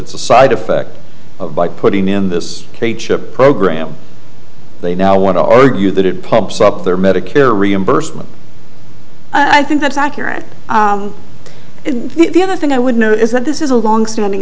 it's a side effect of by putting in this schip program they now want to argue that it pumps up their medicare reimbursement i think that's accurate and the other thing i would know is that this is a longstanding